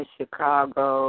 Chicago